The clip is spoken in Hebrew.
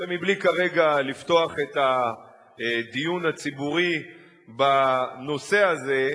ובלי כרגע לפתוח את הדיון הציבורי בנושא הזה,